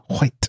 White